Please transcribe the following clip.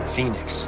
Phoenix